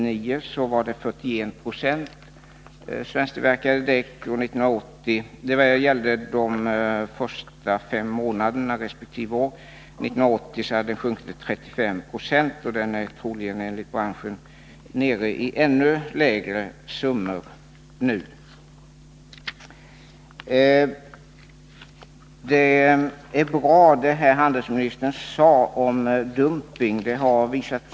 1979 var andelen svensktillverkade däck 41 20, och 1980 hade den sjunkit till 35 26. Nu är den enligt branschen troligen ännu lägre. Vad handelsministern sade om dumping var bra.